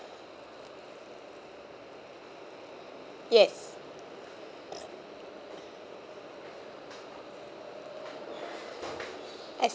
yes as